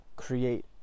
create